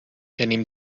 venim